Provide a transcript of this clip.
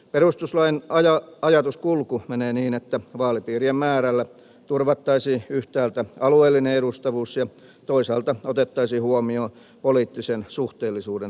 perustuslain ajatuskulku menee niin että vaalipiirien määrällä turvattaisiin yhtäältä alueellinen edustavuus ja toisaalta otettaisiin huomioon poliittisen suhteellisuuden toteutuminen